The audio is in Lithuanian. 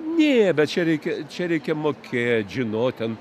ne bet čia reikia čia reikia mokėt žinot ten